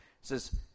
says